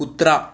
कुत्रा